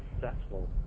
successful